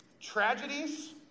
tragedies